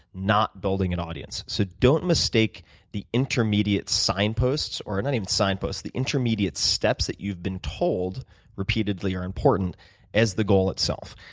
not building an audience. so don't mistake the intermediate sign posts, or not even sign posts, the intermediate steps that you've been told repeatedly are important as the goal itself.